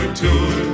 tour